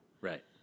Right